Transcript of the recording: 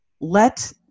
let